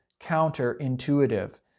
counterintuitive